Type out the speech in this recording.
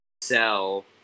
sell